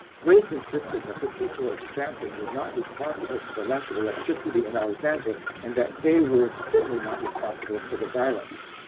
grace insisted that the people of sandton were not responsible for the lack of electricity in alexandra and that they were certainly not responsible for the violence.